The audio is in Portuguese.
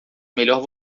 melhor